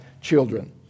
children